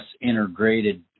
integrated